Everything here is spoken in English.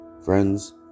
Friends